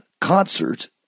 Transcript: concert